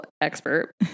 expert